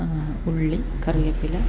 ഉള്ളി കറിവേപ്പില